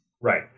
Right